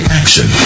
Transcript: action